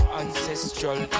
ancestral